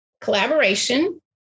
collaboration